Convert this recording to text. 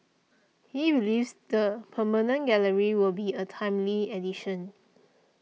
he believes the permanent gallery will be a timely addition